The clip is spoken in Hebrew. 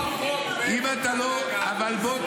אם אתה לא ------ אבל בוא,